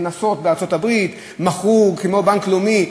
קנסות בארצות-הברית, מכרו, כמו בנק לאומי,